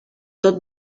tot